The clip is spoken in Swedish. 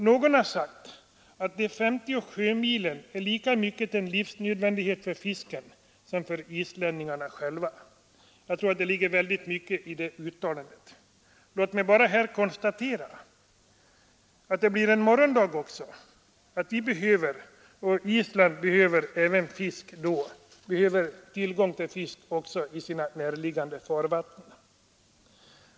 Någon har sagt att de 50 sjömilen är lika mycket en livsnödvändighet för fisken som för islänningarna själva. Jag tror att det ligger väldigt mycket av sanning i detta uttalande. Låt mig i detta sammanhang bara konstatera att det blir en morgondag också — vi behöver och Island behöver även då tillgång till fisk i närliggande farvatten.